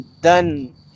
done